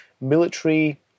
military